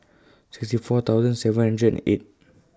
sixty four thousand seven hundred and eight